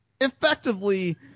effectively